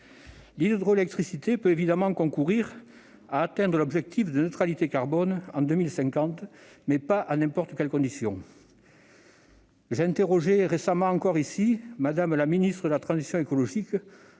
L'hydroélectricité peut évidemment concourir à atteindre l'objectif de « neutralité carbone » en 2050, mais pas à n'importe quelles conditions. J'interrogeais récemment encore, ici même, la ministre de la transition écologique